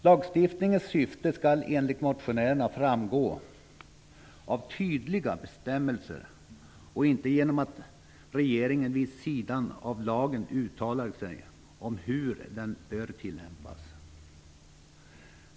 Lagstiftningens syfte skall enligt motionärerna framgå av tydliga bestämmelser och inte genom att regeringen vid sidan av lagen uttalar sig om hur den bör tillämpas.